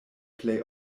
plej